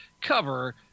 cover